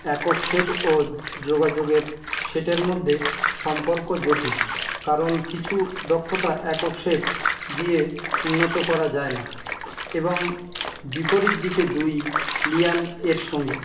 একক সেট ও যোগাযোগের সেটের মধ্যে সম্পর্ক জটিল কারণ কিছু দক্ষতা একক সেট দিয়ে উন্নত করা যায় না এবং বিপরীত দিকে দুই লিয়ান এর সঙ্গে